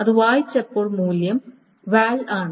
അത് വായിച്ചപ്പോൾ മൂല്യം val ആണ്